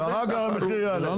ואחר כך המחיר יעלה, תמיד זה ככה.